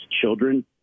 children